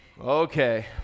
Okay